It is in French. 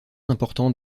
important